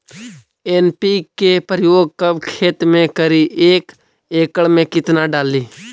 NPK प्रयोग कब खेत मे करि एक एकड़ मे कितना डाली?